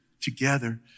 together